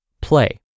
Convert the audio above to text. Play